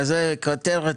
כזו כותרת,